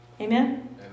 Amen